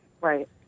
right